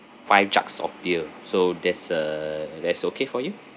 five jugs of beer so that's uh that's okay for you